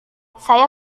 saya